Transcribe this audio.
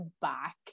back